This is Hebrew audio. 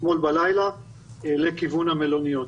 אתמול בלילה, לכיוון המלוניות.